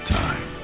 time